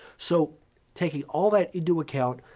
so taking all that into account,